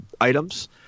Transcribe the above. items